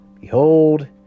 behold